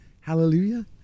Hallelujah